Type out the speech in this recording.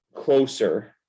closer